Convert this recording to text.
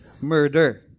murder